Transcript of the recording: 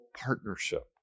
partnership